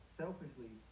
selfishly